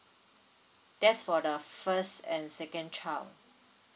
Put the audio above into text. that's for the first and second child